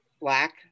black